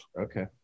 Okay